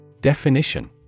Definition